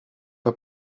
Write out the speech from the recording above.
pas